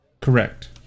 Correct